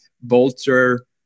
Bolter